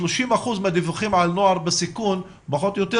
30% מהדיווחים על נוער בסיכון פחות או יותר,